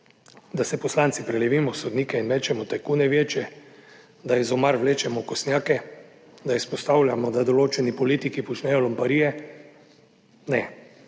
Da se poslanci prelevimo v sodnike in mečemo tajkune večje, da iz omar vlečemo okostnjake, da izpostavljamo, da določeni politiki počnejo lumparije? Ne.